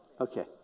Okay